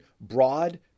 broad